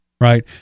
right